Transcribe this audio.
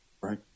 Right